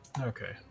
Okay